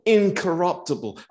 incorruptible